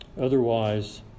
Otherwise